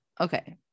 okay